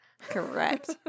Correct